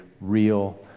real